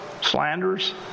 slanders